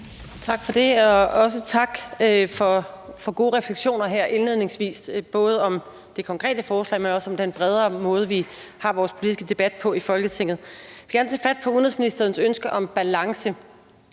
Tak for det. Og også tak for gode refleksioner her indledningsvis, både om det konkrete forslag, men også om den bredere måde, vi har vores politiske debat på i Folketinget. Jeg vil gerne tage fat på udenrigsministerens ønske om balance,